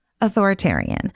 authoritarian